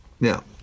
Now